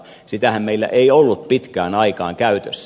sitähän meillä ei ollut pitkään aikaan käytössä